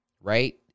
right